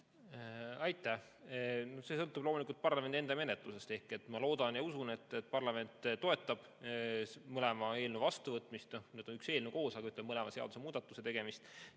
Aitäh! No see sõltub loomulikult parlamendi enda menetlusest. Ma loodan ja usun, et parlament toetab mõlema eelnõu vastuvõtmist, nüüd on üks eelnõu koos, aga ütleme, mõlema seadusemuudatuse tegemist,